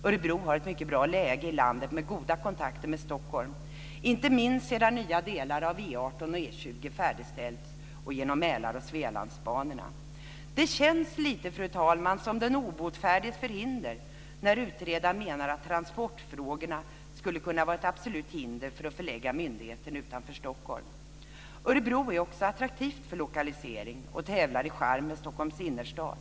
Örebro har ett mycket bra läge i landet med goda kontakter med Stockholm, inte minst sedan nya delar av E 18 och E 20 färdigställts och genom Mälar och Svealandsbanorna. Det känns, fru talman, lite grann som den obotfärdiges förhinder när utredaren menar att transportfrågorna skulle kunna vara ett absolut hinder för att förlägga myndigheten utanför Stockholm. Örebro är också attraktivt för en lokalisering och tävlar i charm med Stockholms innerstad.